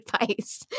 advice